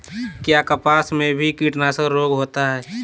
क्या कपास में भी कीटनाशक रोग होता है?